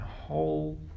whole